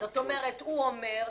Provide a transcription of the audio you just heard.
כלומר הוא אומר: